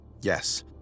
Yes